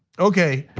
okay,